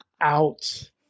Out